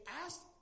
asked